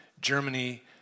Germany